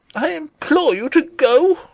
i implore you to go.